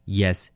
yes